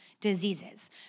diseases